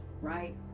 right